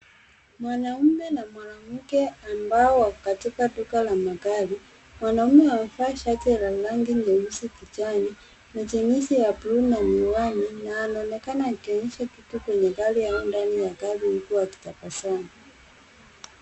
Mwanaume na mwanamke ambao wako katika duka la magari, mwanaume amevaa shati la rangi nyeusi kijani, na jeans ya bluu na miwani na anaonekana akionyesha vitu kwenye gari au ndani ya gari huku akitabasamu.